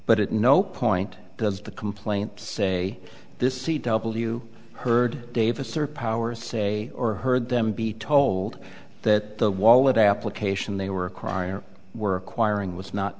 at no point does the complaint say this c w heard davis or powers say or heard them be told that the wallet application they were acquired were acquiring was not